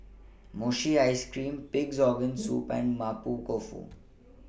Mochi Ice Cream Pig'S Organ Soup and Mapo Tofu